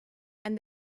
and